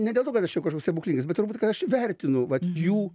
ne dėl to kad aš čia kažkoks stebuklingas bet turbūt kad aš vertinu jų